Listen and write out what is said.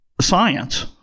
science